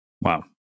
Wow